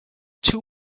too